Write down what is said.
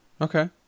Okay